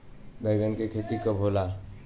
बैंगन के खेती कब होला?